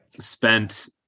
spent